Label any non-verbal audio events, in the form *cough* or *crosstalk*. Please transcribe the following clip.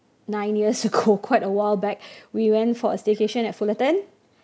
nine years ago *laughs* quite awhile back we went for a staycation at Fullerton